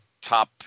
Top